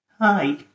Hi